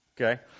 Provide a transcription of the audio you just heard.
Okay